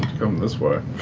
come this way?